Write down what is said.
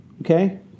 Okay